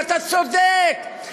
ואתה צודק,